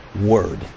word